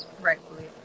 rightfully